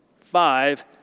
Five